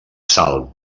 sal